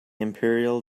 imperial